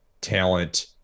talent